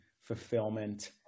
fulfillment